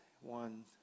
one